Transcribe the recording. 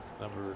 Number